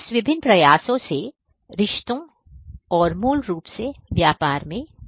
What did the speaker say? इस विभिन्न प्रयास से रिश्तों और मूल रूप से व्यापार में मदद मिलेगी